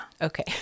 Okay